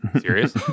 Serious